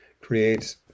creates